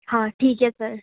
हाँ ठीक है सर